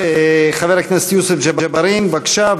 חבר הכנסת יוסף ג'בארין, בבקשה.